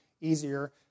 easier